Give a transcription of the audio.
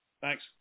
Thanks